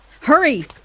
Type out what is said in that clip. Hurry